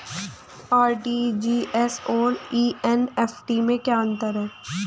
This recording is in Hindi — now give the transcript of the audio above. आर.टी.जी.एस और एन.ई.एफ.टी में क्या अंतर है?